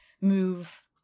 move